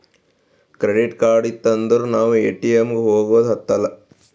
credit card ಇತ್ತು ಅಂದುರ್ ನಾವ್ ಎ.ಟಿ.ಎಮ್ ಗ ಹೋಗದ ಹತ್ತಲಾ